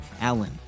Allen